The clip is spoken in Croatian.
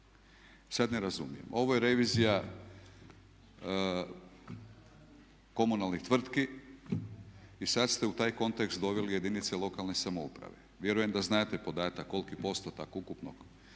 sada ne razumijem. Ovo je revizija komunalnih tvrtki i sada ste u taj kontekst doveli jedinice lokalne samouprave. Vjerujem da znate podatak koliki postotak ukupnog